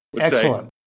Excellent